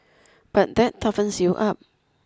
but that toughens you up